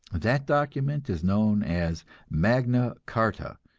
that document is known as magna carta,